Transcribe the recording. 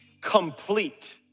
complete